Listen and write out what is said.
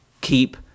keep